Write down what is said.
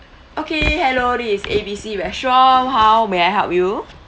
okay hello this is A B C restaurant how may I help you